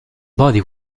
body